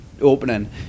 Opening